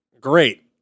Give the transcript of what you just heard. Great